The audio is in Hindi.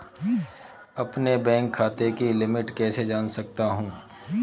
अपने बैंक खाते की लिमिट कैसे जान सकता हूं?